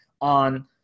on